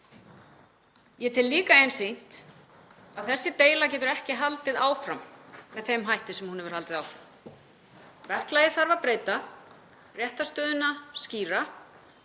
Ég tel líka einsýnt að þessi deila getur ekki haldið áfram með þeim hætti sem hún hefur haldið áfram. Verklagi þarf að breyta, skýra réttarstöðuna og það